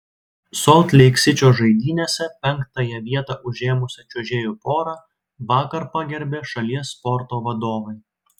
solt leik sičio žaidynėse penktąją vietą užėmusią čiuožėjų porą vakar pagerbė šalies sporto vadovai